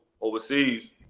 overseas